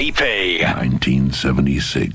1976